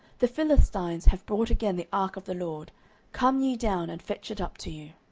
the philistines have brought again the ark of the lord come ye down, and fetch it up to you.